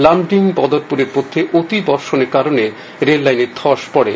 লামডিং বদরপুরের মধ্যে অতি বর্ষণের কারণে রেল লাইনে ধ্বস পড়ে